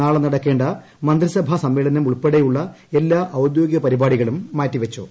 നാളെ നടക്കേ മന്ത്രിസഭാ സമ്മേളനം ഉൾപ്പെടെയുള്ള എല്ലാ ഔദ്യോഗിക പരിപാടികളും മാറ്റി വച്ചു